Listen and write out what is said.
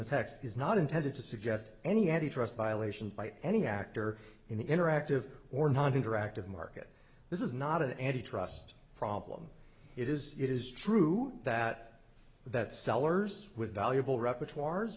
the text is not intended to suggest any anti trust violations by any actor in the interactive or non interactive market this is not an antitrust problem it is it is true that that sellers with valuable repertoire